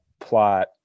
plot